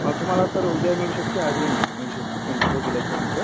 तुम्हाला सर उद्या ही मिळू शकते आज ही मिळू शकते सेंटरवर गेल्यानंतर